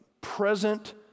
present